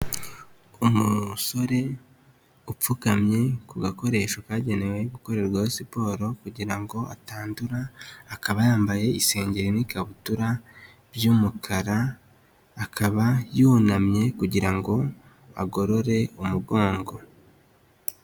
Umusore upfukamye ku gakoresho kagenewe gukorerwaho siporo, kugira ngo atandura, akaba yambaye isengeri n'ikabutura by'umukara, akaba yunamye, kugira ngo agorore umugongo.